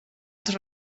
els